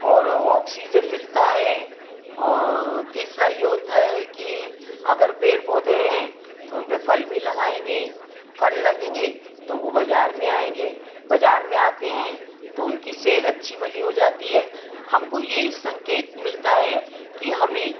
और ऑक्सीजन मिलता है तीसरा यह होता है कि अगर पेड़ पौधे हैं तो उन पर फ़ल भी लगाएँगे फ़ल लगेंगे तो वह बाज़ार में आएँगे बाज़ार में आते हैं तो उनकी सेल अच्छी भली हो जाती है हमको यही संकेत मिलता है कि हमें